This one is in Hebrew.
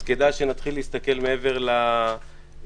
אז כדאי שנתחיל להסתכל מעבר למחקרים,